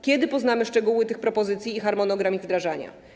Kiedy poznamy szczegóły tych propozycji i harmonogram ich wdrażania?